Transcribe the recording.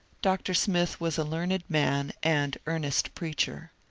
dr. smith was a learned man and earnest preacher.